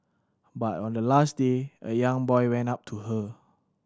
but on the last day a young boy went up to her